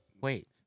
wait